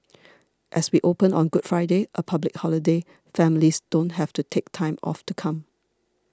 as we open on Good Friday a public holiday families don't have to take time off to come